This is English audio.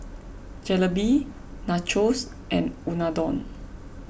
Jalebi Nachos and Unadon